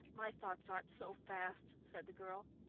my thoughts aren't so fast, said the girl.